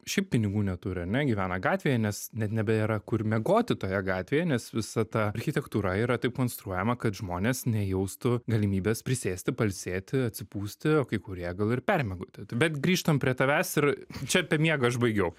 šiaip pinigų neturi ar ne gyvena gatvėje nes net nebėra kur miegoti toje gatvėje nes visa ta architektūra yra taip konstruojama kad žmonės nejaustų galimybės prisėsti pailsėti atsipūsti o kai kurie gal ir permiegoti bet grįžtam prie tavęs ir čia apie miegą aš baigiau